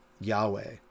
Yahweh